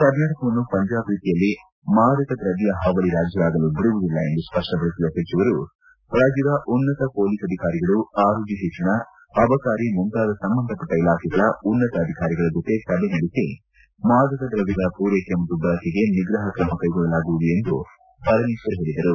ಕರ್ನಾಟಕವನ್ನು ಪಂಜಾಬ್ ರೀತಿಯಲ್ಲಿ ಮಾದಕ ದ್ರವ್ಯ ಹಾವಳಿ ರಾಜ್ಯ ಆಗಲು ಬಿಡುವುದಿಲ್ಲ ಎಂದು ಸ್ಪಷ್ಟಪಡಿಸಿದ ಸಚಿವರು ರಾಜ್ಯದ ಉನ್ನತ ಪೊಲೀಸ್ ಅಧಿಕಾರಿಗಳು ಆರೋಗ್ಯ ಶಿಕ್ಷಣ ಅಬಕಾರಿ ಮುಂತಾದ ಸಂಬಂಧಪಟ್ಟ ಇಲಾಖೆಗಳ ಉನ್ನತ ಅಧಿಕಾರಿಗಳ ಜೊತೆ ಸಭೆ ನಡೆಸಿ ಮಾದಕ ದ್ರಮ್ಯಗಳ ಪೂರೈಕೆ ಮತ್ತು ಬಳಕೆಗೆ ನಿಗ್ರಹ ತ್ರಮ ಕೈಗೊಳ್ಳಲಾಗುವುದು ಎಂದು ಪರಮೇಶ್ವರ್ ಹೇಳಿದರು